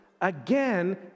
again